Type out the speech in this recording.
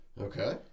okay